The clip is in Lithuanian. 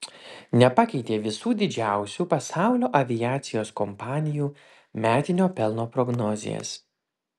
nepakeitė visų didžiausių pasaulio aviacijos kompanijų metinio pelno prognozės